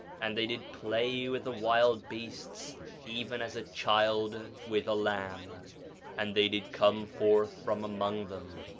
and they did play with the wild beasts even as a child with a lamb and they did come forth from among them,